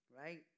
right